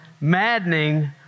maddening